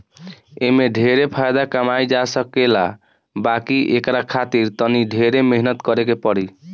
एमे ढेरे फायदा कमाई जा सकेला बाकी एकरा खातिर तनी ढेरे मेहनत करे के पड़ी